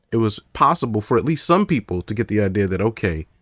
it was possible for at least some people to get the idea that, okay,